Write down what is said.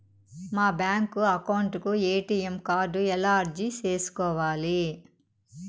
మా bank account కు ATM card ఎలా అర్జీ సేసుకోవాలి?